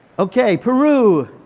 okay, peru.